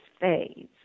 phase